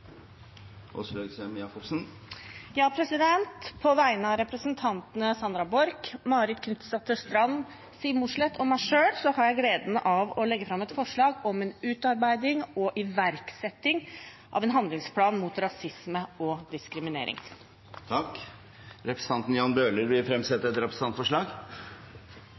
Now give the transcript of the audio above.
På vegne av representantene Sandra Borch, Marit Knutsdatter Strand, Siv Mossleth og meg selv har jeg gleden av å legge fram et representantforslag om utarbeiding og iverksetting av en handlingsplan mot rasisme og diskriminering. Representanten Jan Bøhler vil fremsette et representantforslag.